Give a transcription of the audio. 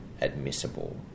admissible